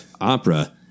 opera